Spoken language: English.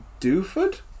Dooford